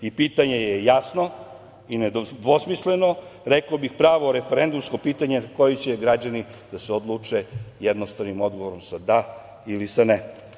Pitanje je jasno i nedvosmisleno, rekao bih pravo referendumsko pitanje na koje će građani da se odluče jednostavnim odgovorom sa da ili sa ne.